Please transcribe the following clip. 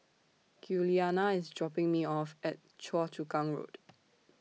Giuliana IS dropping Me off At Choa Chu Kang Road